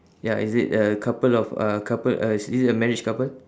ya is it a couple of uh couple uh is is it a marriage couple